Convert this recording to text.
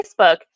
Facebook